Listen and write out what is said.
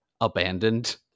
abandoned